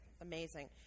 amazing